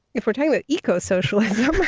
if we're talking about eco-socialism,